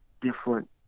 different